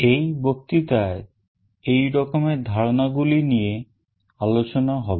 এই বক্তৃতায় এই রকমের ধারণা গুলি নিয়ে আলোচনা হবে